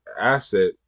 asset